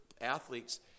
athletes